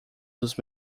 dos